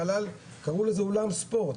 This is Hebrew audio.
חלל קראו לזה אולם ספורט,